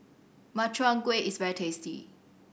Makchang Gui is very tasty